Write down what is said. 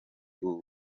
ubu